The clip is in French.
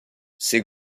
ces